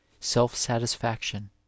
self-satisfaction